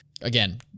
again